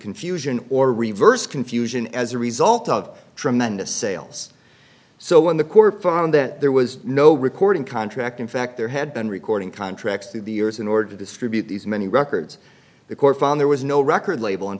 confusion or reverse confusion as a result of tremendous sales so when the court found that there was no recording contract in fact there had been recording contracts through the years in order to distribute these many records the court found there was no record label in